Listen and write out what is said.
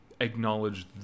acknowledge